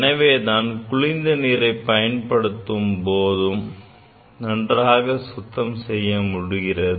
எனவேதான் குளிர்ந்த நீரைப் பயன்படுத்தும் போதும் நன்றாக சுத்தம் செய்ய முடிகிறது